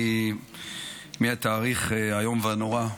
מאז התאריך האיום והנורא,